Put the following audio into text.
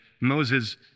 Moses